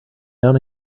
down